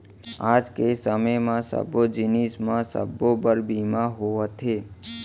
आज के समे म सब्बो जिनिस म सबो बर बीमा होवथे